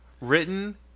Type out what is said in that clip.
written